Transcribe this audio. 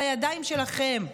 על הידיים שלכם.